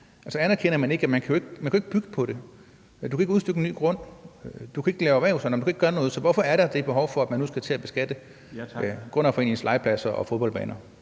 Anerkender man ikke, at man jo ikke kan bygge på det? Du kan ikke udstykke en ny grund. Du kan ikke lave erhvervsejendom, du kan ikke gøre noget. Så hvorfor er der det behov for, at man nu skal til at beskatte grundejerforeningers legepladser og fodboldbaner?